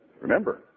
Remember